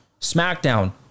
Smackdown